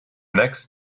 next